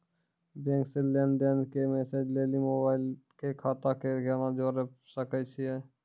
Bank से लेंन देंन के मैसेज लेली मोबाइल के खाता के केना जोड़े सकय छियै?